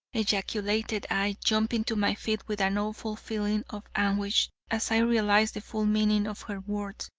ejaculated i, jumping to my feet with an awful feeling of anguish as i realized the full meaning of her words.